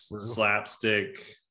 slapstick